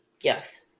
Yes